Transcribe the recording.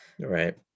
right